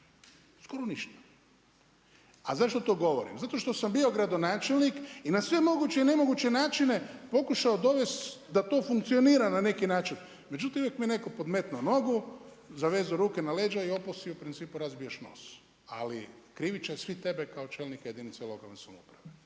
Skoro ništa. A zašto to govorim? Zato što sam bio gradonačelnik i na sve moguće i nemoguće načine pokušao dovesti da to funkcionira na neki način, međutim uvijek mi je neko podmetnuo nogu, zavezao ruke na leđa i opal si u principu razbiješ nos, ali kriv će svi tebe kao čelnika lokalne jedinica lokalne samouprave.